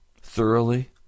Thoroughly